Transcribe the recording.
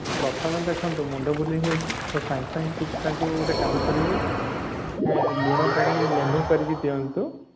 ପ୍ରଥମେ ଦେଖନ୍ତୁ ମୁଣ୍ଡ ବୁଲାଇ ହେଉଛି ତ ସାଙ୍ଗେ ସାଙ୍ଗେ ତାଙ୍କୁ ଗୋଟେ କାମ କରିବେ ଲୁଣ ପାଣି ଲେମ୍ବୁ କରିକି ପିଅନ୍ତୁ